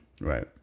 right